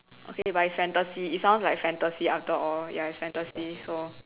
okay but is fantasy it sounds like fantasy after all ya is fantasy so